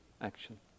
action